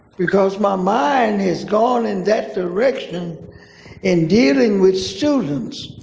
because my mind has gone in that direction in dealing with students,